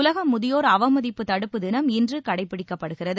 உலக முதியோர் அவமதிப்பு தடுப்பு தினம் இன்று கடைப்பிடிக்கப்படுகிறது